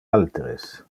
alteres